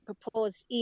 proposed